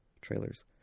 trailers